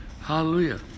Hallelujah